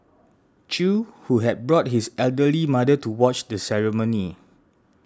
Chew who had brought his elderly mother to watch the ceremony